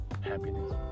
happiness